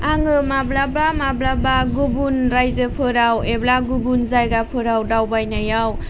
आङो माब्लाबा माब्लाबा गुबुन रायजोफोराव एबा गुबुन जायगाफोराव दावबायनायाव